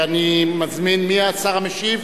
מי השר המשיב?